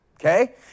Okay